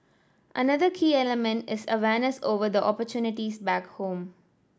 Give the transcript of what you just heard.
another key element is awareness over the opportunities back home